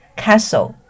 castle